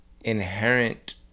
inherent